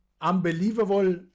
unbelievable